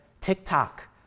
TikTok